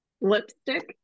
Lipstick